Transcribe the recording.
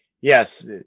yes